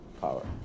power